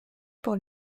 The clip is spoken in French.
pour